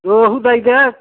रोहू दै द